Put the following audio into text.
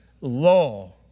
law